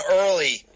early